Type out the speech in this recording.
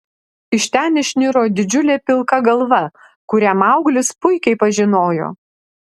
iš ten išniro didžiulė pilka galva kurią mauglis puikiai pažinojo